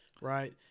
Right